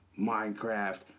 Minecraft